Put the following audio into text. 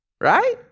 Right